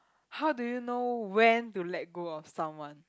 how do you know when to let go of someone